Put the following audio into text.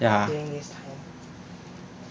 ya